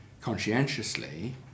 conscientiously